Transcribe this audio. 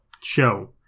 show